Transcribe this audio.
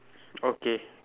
okay